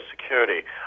Security